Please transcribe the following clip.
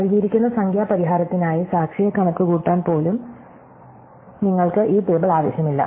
നൽകിയിരിക്കുന്ന സംഖ്യാ പരിഹാരത്തിനായി സാക്ഷിയെ കണക്കുകൂട്ടാൻ പോലും നിങ്ങൾക്ക് ഈ ടേബിൾ ആവശ്യമില്ല